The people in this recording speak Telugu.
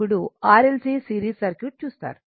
ఇప్పుడు R L Cసిరీస్ సర్క్యూట్ చూస్తారు